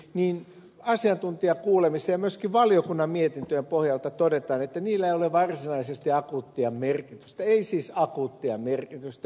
asiantuntijakuulemisen ja myöskin valiokunnan mietintöjen pohjalta todetaan että niillä ei ole varsinaisesti akuuttia merkitystä ei siis akuuttia merkitystä